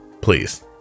Please